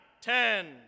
ten